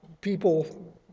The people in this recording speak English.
people